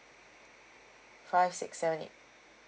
five six seven eight